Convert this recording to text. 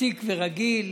ותיק ורגיל,